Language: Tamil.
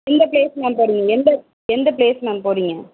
எந்த ப்லேஸ் மேம் போகிறிங்க நீங்கள் எந்த எந்த ப்லேஸ் மேம் போகிறிங்க